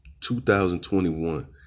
2021